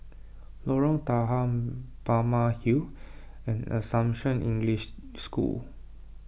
Lorong Tahar Balmeg Hill and Assumption English School